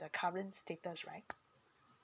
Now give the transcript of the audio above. the current status right